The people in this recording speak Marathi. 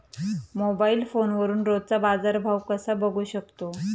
मोबाइल फोनवरून रोजचा बाजारभाव कसा बघू शकतो?